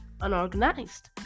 unorganized